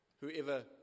whoever